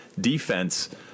defense